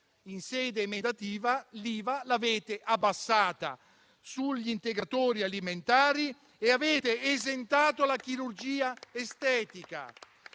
in sede emendativa, avete abbassato l'IVA sugli integratori alimentari e avete esentato la chirurgia estetica.